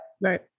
Right